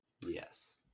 Yes